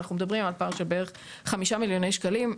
אנחנו מדברים על פער בערך של כ-5 מיליוני שקלים,